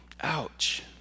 Ouch